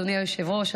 אדוני היושב-ראש,